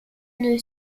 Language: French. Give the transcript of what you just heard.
une